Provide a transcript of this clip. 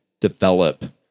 develop